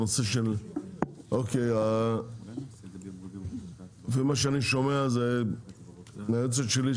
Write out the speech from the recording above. לפי מה שאני שומע מהיועצת שלי,